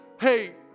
hey